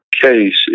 case